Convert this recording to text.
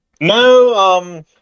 No